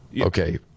Okay